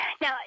Now